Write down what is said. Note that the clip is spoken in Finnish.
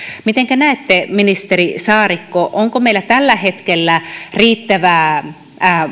mitenkä näette ministeri saarikko onko meillä tällä hetkellä riittävää